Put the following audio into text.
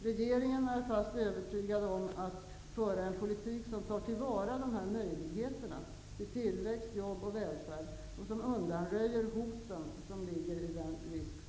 Regeringen är fast övertygad om att den skall föra en politik som tar till vara dessa möjligheter till tillväxt, jobb och välfärd och som undanröjer den risk som jag nämnde.